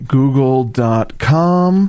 google.com